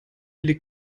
или